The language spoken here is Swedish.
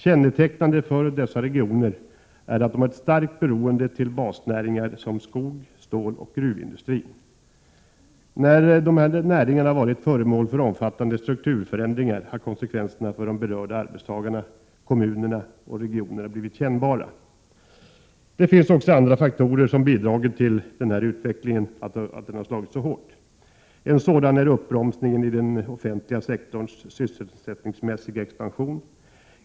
Kännetecknande för dessa regioner är att de har ett starkt beroende till basnäringar som skogs-, ståloch gruvindustrin. När dessa näringar varit föremål för omfattande strukturförändringar har konsekvenserna för de berörda arbetstagarna, kommunerna och regionerna blivit kännbara. Det finns också andra faktorer som bidragit till att denna utveckling slagit så hårt. En sådan är uppbromsningen i den offentliga sektorns sysselsättningsmässiga expansion.